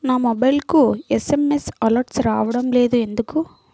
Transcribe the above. నా మొబైల్కు SMS alerts రావడం లేదు ఎందుకు?